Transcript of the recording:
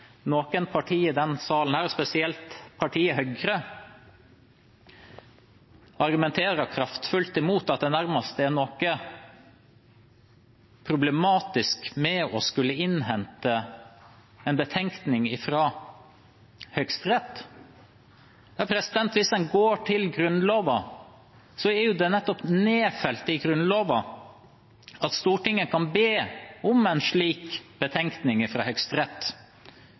det nærmest er noe problematisk ved å skulle innhente en betenkning fra Høyesterett. Hvis en går til Grunnloven, er det nedfelt i nettopp Grunnloven at Stortinget kan be om en slik betenkning fra Høyesterett.